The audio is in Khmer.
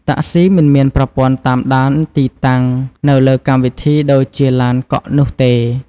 តាក់ស៊ីមិនមានប្រព័ន្ធតាមដានទីតាំង នៅលើកម្មវិធីដូចជាឡានកក់នោះទេ។